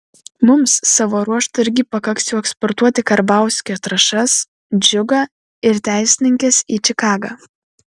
mums savo ruožtu irgi pakaks jau eksportuoti karbauskio trąšas džiugą ir teisininkes į čikagą